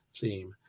theme